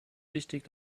wichtig